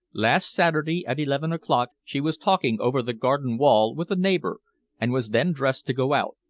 last saturday, at eleven o'clock, she was talking over the garden wall with a neighbor and was then dressed to go out.